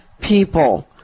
people